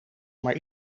maar